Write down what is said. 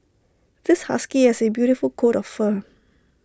this husky has A beautiful coat of fur